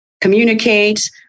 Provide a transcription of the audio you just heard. communicate